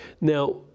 Now